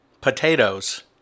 potatoes